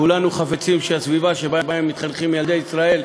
כולנו חפצים שהסביבה שבה מתחנכים ילדי ישראל,